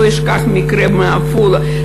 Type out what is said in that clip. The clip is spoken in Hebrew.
לא אשכח מקרה בעפולה,